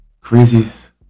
craziest